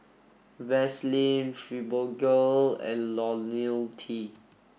Vaselin Fibogel and Ionil T